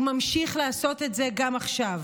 הוא ממשיך לעשות את זה גם עכשיו,